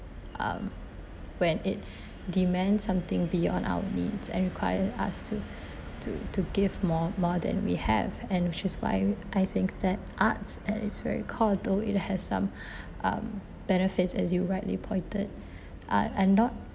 um when it demand something beyond our needs and require us to to to give more more than we have and which is why I think that arts at its very core though it has some um benefits as you rightly pointed uh and not